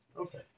Okay